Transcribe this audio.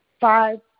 five